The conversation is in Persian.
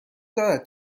دارد